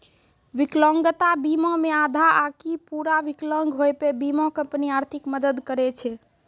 विकलांगता बीमा मे आधा आकि पूरा विकलांग होय पे बीमा कंपनी आर्थिक मदद करै छै